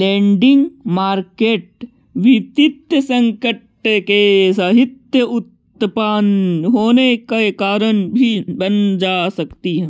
lending market वित्तीय संकट के स्थिति उत्पन होवे के कारण भी बन जा हई